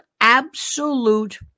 absolute